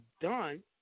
done